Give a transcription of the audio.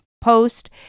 post